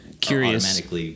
curious